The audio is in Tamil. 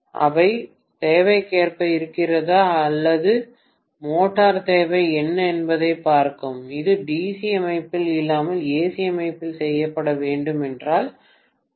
அது தேவைக்கேற்ப இருக்கிறதா அல்லது மோட்டார் தேவை என்ன என்பதைப் பார்க்கவும் இது டிசி அமைப்பில் இல்லாமல் ஏசி அமைப்பில் செய்யப்பட வேண்டும் என்றால் டி